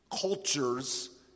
cultures